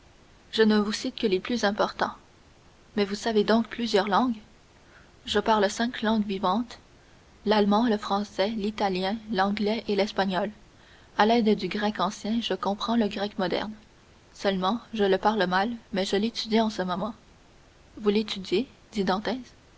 je ne vous cite que les plus importants mais vous savez donc plusieurs langues je parle cinq langues vivantes l'allemand le français l'italien l'anglais et l'espagnol à l'aide du grec ancien je comprends le grec moderne seulement je le parle mal mais je l'étudie en ce moment vous l'étudiez dit